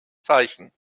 zeichen